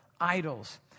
idols